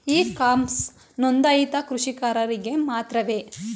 E commerce ನೊಂದಾಯಿತ ಕೃಷಿಕರಿಗೆ ಮಾತ್ರವೇ?